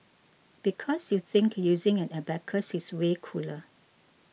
because you think using an abacus is way cooler